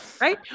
right